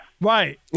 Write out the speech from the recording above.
Right